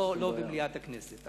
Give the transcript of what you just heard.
לא במליאת הכנסת.